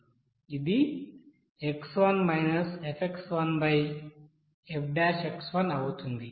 ఇది x1 f అవుతుంది